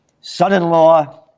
son-in-law